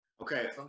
Okay